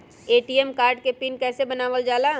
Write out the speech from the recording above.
ATM card के PIN कैसे बनावल जाला?